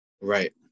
Right